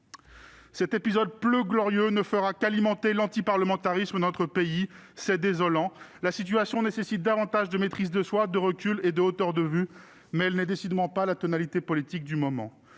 ce texte. Il ne fera qu'alimenter l'antiparlementarisme dans notre pays. C'est désolant ! La situation nécessite davantage de maîtrise de soi, de recul et de hauteur de vue, mais telle n'est décidément pas la tonalité politique du moment.